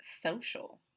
social